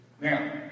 Now